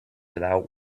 without